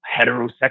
heterosexual